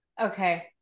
okay